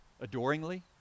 adoringly